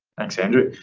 thanks andrew.